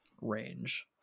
range